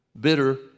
bitter